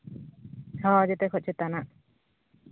ᱦᱳᱭ ᱡᱮᱛᱮ ᱠᱷᱚᱱ ᱪᱮᱛᱟᱱᱟᱜ